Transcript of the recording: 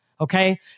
okay